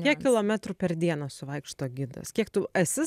kiek kilometrų per dieną suvaikšto gidas kiek tu esi